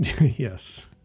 Yes